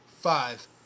Five